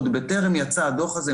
עוד בטרם יצא הדוח הזה.